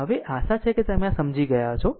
હવે આ આશા છે કે તમે આ સમજી રહ્યા છો